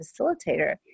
facilitator